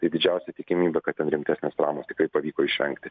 tai didžiausia tikimybė kad ten rimtesnės traumos tikrai pavyko išvengti